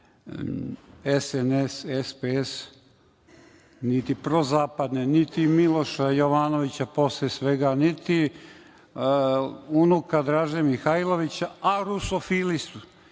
SNS, SPS, niti prozapadne, niti Miloša Jovanovića posle svega, niti unuka Draže Mihajlovića, a rusofili su,